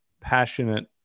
passionate